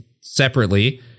separately